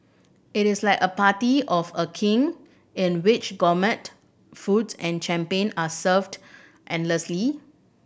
it is like a party of a King in which gourmet foods and champion are served endlessly